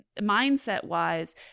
mindset-wise